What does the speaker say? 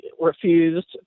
refused